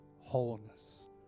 wholeness